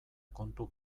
kontu